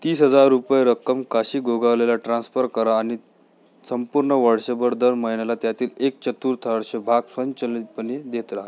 तीस हजार रुपये रक्कम काशी गोगावलेला ट्रान्स्फर करा आणि संपूर्ण वर्षभर दर महिन्याला त्यातील एक चतुर्थांश भाग स्वयंचलितपणे देत रहा